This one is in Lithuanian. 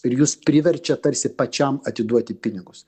ir jus priverčia tarsi pačiam atiduoti pinigus